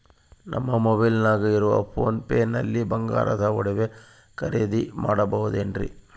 ನಮ್ಮ ಮೊಬೈಲಿನಾಗ ಇರುವ ಪೋನ್ ಪೇ ನಲ್ಲಿ ಬಂಗಾರದ ಒಡವೆ ಖರೇದಿ ಮಾಡಬಹುದೇನ್ರಿ?